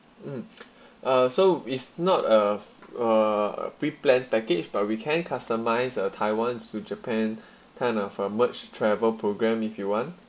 mm uh so it's not a uh preplanned package but we can customize a taiwan to japan kind of a merged travel program if you want